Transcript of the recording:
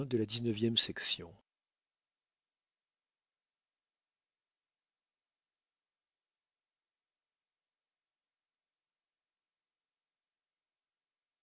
de la vie